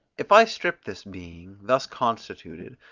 if i strip this being, thus constituted,